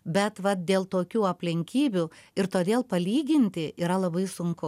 bet va dėl tokių aplinkybių ir todėl palyginti yra labai sunku